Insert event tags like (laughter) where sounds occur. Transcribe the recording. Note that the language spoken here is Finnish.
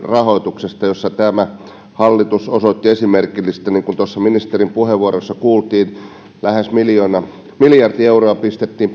(unintelligible) rahoituksesta jossa tämä hallitus osoitti esimerkillisyyttä niin kuin tuossa ministerin puheenvuorossa kuultiin lähes miljardi euroa pistettiin (unintelligible)